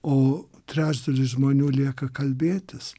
o trečdalis žmonių lieka kalbėtis